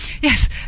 Yes